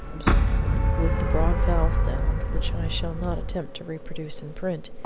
observed the woman, with the broad vowel sound which i shall not attempt to reproduce in print.